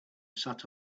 sat